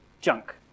junk